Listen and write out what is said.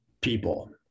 people